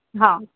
हाँ